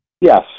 Yes